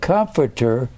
Comforter